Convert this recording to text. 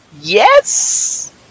Yes